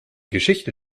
geschichte